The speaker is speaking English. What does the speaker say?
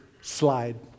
Slide